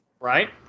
Right